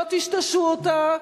לא טשטשו אותה,